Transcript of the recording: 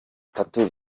tatu